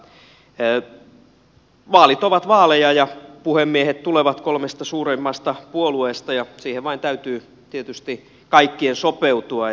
vaalit ovat vaaleja ja puhemiehet tulevat kolmesta suurimmasta puolueesta ja siihen vain täytyy tietysti kaikkien sopeutua